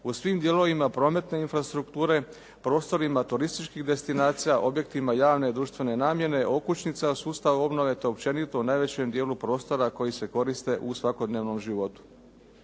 u svim dijelovima prometne infrastrukture, prostorima turističkih destinacija, objektima javne i društvene namjene, okućnica u sustavu obnove te općenito najvećem dijelu prostora koji se koriste u svakodnevnom životu.